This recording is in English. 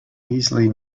easily